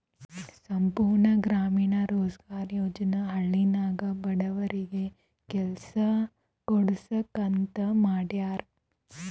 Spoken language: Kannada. ಸಂಪೂರ್ಣ ಗ್ರಾಮೀಣ ರೋಜ್ಗಾರ್ ಯೋಜನಾ ಹಳ್ಳಿನಾಗ ಬಡವರಿಗಿ ಕೆಲಸಾ ಕೊಡ್ಸಾಕ್ ಅಂತ ಮಾಡ್ಯಾರ್